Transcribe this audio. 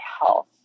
health